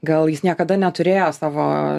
gal jis niekada neturėjo savo